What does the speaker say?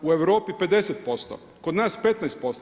U Europi 50%, kod nas 15%